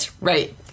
Right